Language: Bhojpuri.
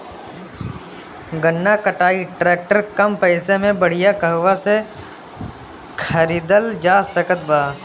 गन्ना कटाई ट्रैक्टर कम पैसे में बढ़िया कहवा से खरिदल जा सकत बा?